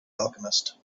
alchemist